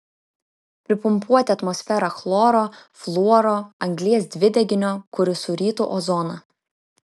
pripumpuoti atmosferą chloro fluoro anglies dvideginio kuris surytų ozoną